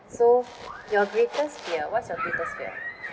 so your greatest fear what's your greatest fear